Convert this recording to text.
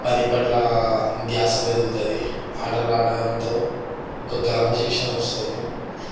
పని పట్ల ద్యాస పెరుగుతుంది ఆటలు అడడంతో ఒక క్రమ శిక్షణ వస్తుంది